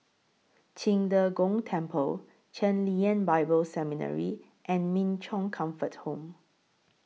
Qing De Gong Temple Chen Lien Bible Seminary and Min Chong Comfort Home